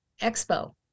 Expo